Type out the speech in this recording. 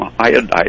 iodide